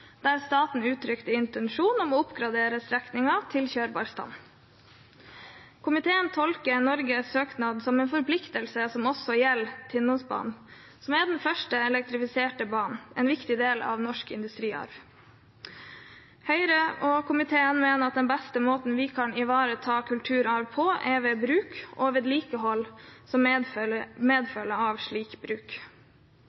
der staten uttrykte intensjon om å oppgradere strekningen til «kjørbar stand». Komiteen tolker Norges søknad som en forpliktelse som også gjelder Tinnosbanen, som er den første elektrifiserte banen, en viktig del av norsk industriarv. Høyre og komiteen mener at den beste måten vi kan ivareta kulturarven på, er ved bruk og vedlikehold som